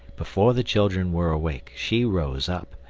before the children were awake, she rose up,